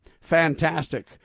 fantastic